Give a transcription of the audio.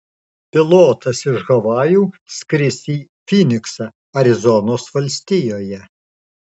pilotas iš havajų skris į fyniksą arizonos valstijoje